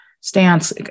stance